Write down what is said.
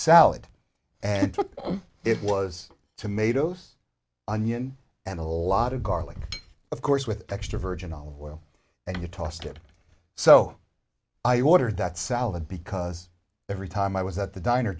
salad and took it was tomatoes onion and a lot of garlic of course with extra virgin olive oil and you tossed it so i ordered that salad because every time i was at the diner